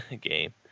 game